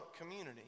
community